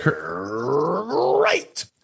right